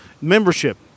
membership